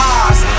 eyes